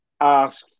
asks